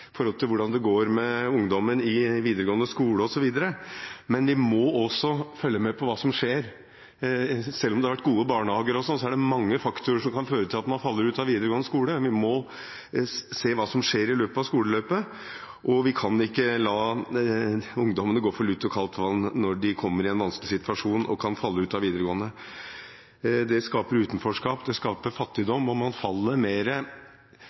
at man faller ut av videregående skole. Vi må se hva som skjer i løpet av skoleløpet, og vi kan ikke la ungdommene gå for lut og kaldt vann når de kommer i en vanskelig situasjon, og kan falle ut av videregående. Det skaper utenforskap, og det skaper fattigdom. Man faller